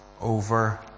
over